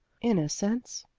innocents!